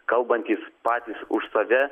kalbantys patys už save